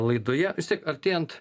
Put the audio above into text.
laidoje tik artėjant